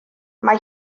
mae